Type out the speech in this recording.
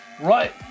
Right